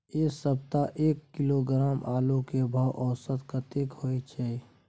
ऐ सप्ताह एक किलोग्राम आलू के भाव औसत कतेक होय छै?